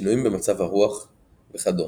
שינויים במצב הרוח וכדומה.